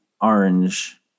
orange